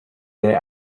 naît